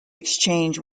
exchange